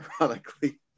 Ironically